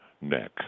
neck